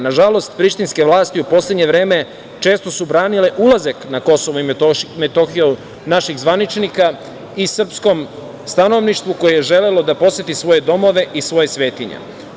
Nažalost, prištinske vlasti u poslednje vreme često su branile ulazak na KiM naših zvaničnika i srpskom stanovništvu, koje je želelo da poseti svoje domove i svoje svetinje.